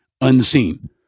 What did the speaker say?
unseen